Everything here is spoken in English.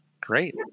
Great